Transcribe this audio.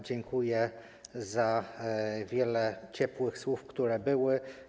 Dziękuję za wiele ciepłych słów, które były.